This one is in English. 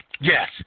Yes